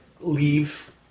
leave